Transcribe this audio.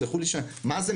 מה זה,